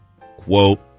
quote